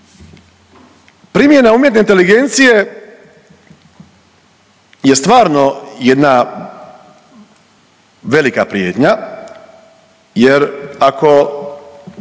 Primjena umjetne inteligencije je stvarno jedna velika prijetnja jer ako